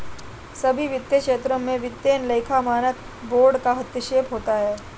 सभी वित्तीय क्षेत्रों में वित्तीय लेखा मानक बोर्ड का हस्तक्षेप होता है